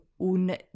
un